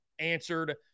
Answered